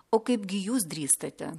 o kaipgi jūs drįstate